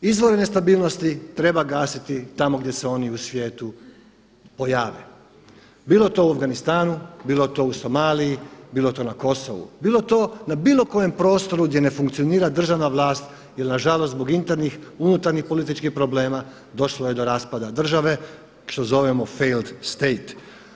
Izvore nestabilnosti treba gasiti tamo gdje se oni u svijetu pojave bilo to u Afganistanu, bilo to u Somaliji, bilo to na Kosovu, bilo to na bilo kojem prostoru gdje ne funkcionira državna vlast jer nažalost zbog internih unutarnjih političkih problema došlo je do raspada države što zovemo Failed state.